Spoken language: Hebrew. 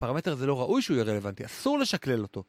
פרמטר זה לא ראוי שהוא יהיה רלוונטי, אסור לשקלל אותו